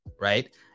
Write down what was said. right